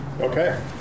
Okay